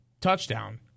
touchdown